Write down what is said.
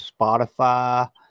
Spotify